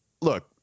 Look